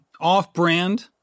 off-brand